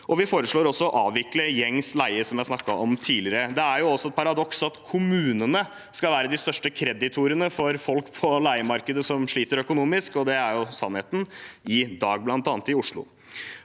vi foreslår å avvikle gjengs leie, som vi har snakket om tidligere. Det er også et paradoks at kommunene skal være de største kreditorene for folk på leiemarkedet som sliter økonomisk, som er sannheten i dag, bl.a. i Oslo.